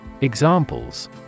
Examples